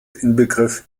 inbegriff